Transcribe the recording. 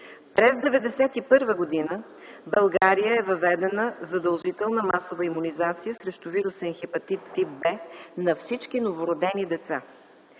През 1991 г. в България е въведена задължителна масова имунизация срещу вирусен хепатит тип „В” на всички новородени деца.